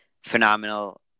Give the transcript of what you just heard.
phenomenal –